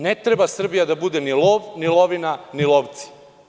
Ne treba Srbija da bude ni lov, ni lovina, ni lovac.